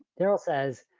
darrell says,